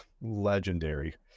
legendary